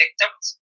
victims